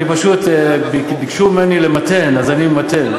אני פשוט, ביקשו ממני למתן, אז אני ממתן.